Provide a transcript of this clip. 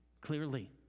clearly